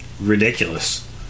ridiculous